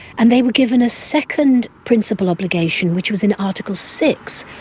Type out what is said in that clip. and they were given a second principal obligation which was in article six,